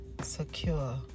secure